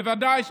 בוודאי,